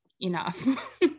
enough